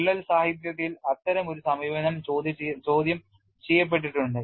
വിള്ളൽ സാഹിത്യത്തിൽ അത്തരമൊരു സമീപനം ചോദ്യം ചെയ്യപ്പെട്ടിട്ടുണ്ട്